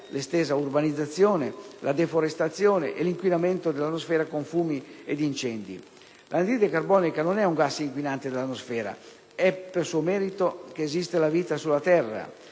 l'estesa urbanizzazione, la deforestazione e l'inquinamento dell'atmosfera con fumi ed incendi. L'anidride carbonica non è un gas inquinante dell'atmosfera: è per suo merito che esiste la vita sulla terra.